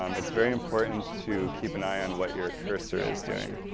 um it's very important to keep an eye on what your cursor is doing.